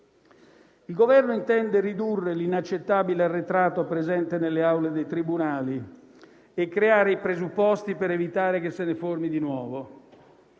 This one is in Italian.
Il Governo intende ridurre l'inaccettabile arretrato presente nelle aule dei tribunali e creare i presupposti per evitare che se ne formi di nuovo.